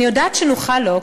אני יודעת שנוכל לו,